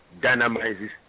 dynamizes